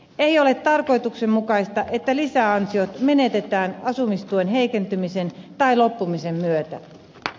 ei ole tarkoituksenmukaista että lisäansiot menetetään asumistuen heikentymisen tai loppumisen myötä